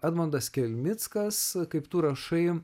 edmondas kelmickas kaip tu rašai